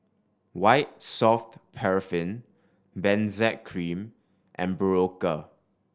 White Soft Paraffin Benzac Cream and Berocca